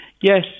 Yes